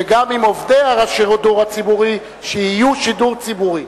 וגם עם עובדי השידור הציבורי שיהיו שידור ציבורי.